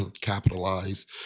capitalize